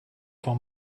for